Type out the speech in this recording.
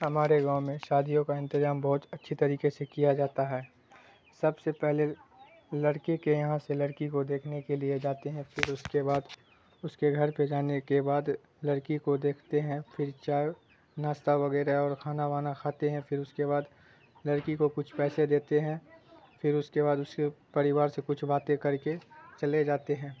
ہمارے گاؤں میں شادیوں کا انتظام بہت اچھی طریقے سے کیا جاتا ہے سب سے پہلے لڑکے کے یہاں سے لڑکی کو دیکھنے کے لیے جاتے ہیں پھر اس کے بعد اس کے گھر پہ جانے کے بعد لڑکی کو دیکھتے ہیں پھر چائے ناسستہ وغیرہ اور کھانا وانا کھاتے ہیں پھر اس کے بعد لڑکی کو کچھ پیسے دیتے ہیں پھر اس کے بعد اس کے پریوار سے کچھ باتیں کر کے چلے جاتے ہیں